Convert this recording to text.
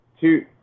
two